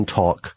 talk